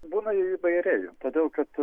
būna įvairiai todėl kad